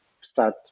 start